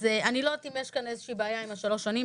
אז אני לא יודעת אם יש כאן איזה שהיא בעיה עם שלוש השנים,